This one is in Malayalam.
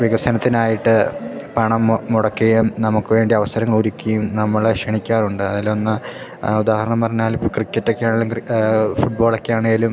വികസനത്തിനായിട്ട് പണം മുടക്കിയും നമുക്കു വേണ്ടി അവസരങ്ങളൊരുക്കിയും നമ്മളെ ക്ഷണിക്കാറുണ്ട് അതിലൊന്ന് ഉദാഹരണം പറഞ്ഞാലിപ്പോള് ക്രിക്കറ്റൊക്കെയാണേലും ഫുട്ബോളൊക്കെയാണേലും